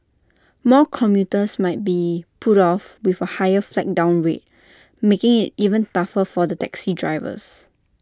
more commuters might be put off with A higher flag down rate making IT even tougher for the taxi drivers